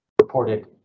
reported